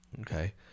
Okay